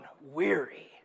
weary